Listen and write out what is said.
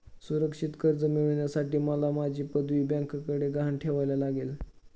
सुरक्षित कर्ज मिळवण्यासाठी मला माझी पदवी बँकेकडे गहाण ठेवायला लागेल